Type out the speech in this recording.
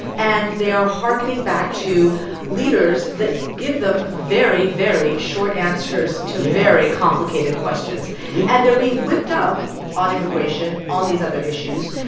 and they are harkening back to leaders that give them very, very short answers to very complicated questions yeah and they're being whipped up on immigration, on these other issues.